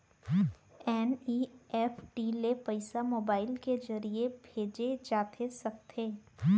NEFT ले पइसा mobile के ज़रिए भेजे जाथे सकथे?